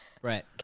Brett